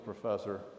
professor